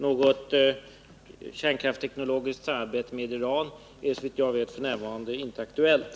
Något kärnkraftsteknologiskt samarbete med Iran är, såvitt jag vet, f. n. inte aktuellt.